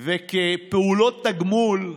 וכפעולות תגמול,